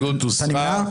ההסתייגות הוסרה.